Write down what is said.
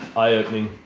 eye-opening.